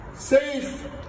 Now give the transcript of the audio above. safe